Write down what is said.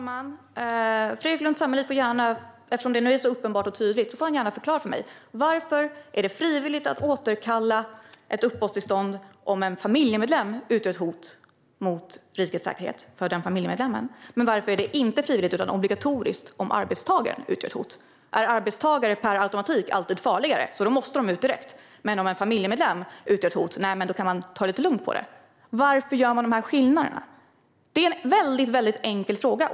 Herr talman! Eftersom det nu är så uppenbart och tydligt får Fredrik Lundh Sammeli gärna förklara för mig: Varför är det frivilligt att återkalla ett uppehållstillstånd för en familjemedlem om den familjemedlemmen utgör ett hot mot rikets säkerhet? Varför är det inte frivilligt utan obligatoriskt om arbetstagaren utgör ett hot? Är arbetstagare per automatik alltid farligare och måste ut direkt, men om en familjemedlem utgör ett hot kan man ta lite lugnt? Varför gör man den skillnaden? Det är en väldigt enkel fråga.